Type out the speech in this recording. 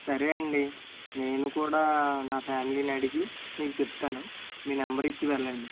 సరే అండి నేను కూడా నా ఫ్యామిలీని అడిగి మీకు చెప్తాను మీ నెంబర్ ఇచ్చి వెళ్ళండి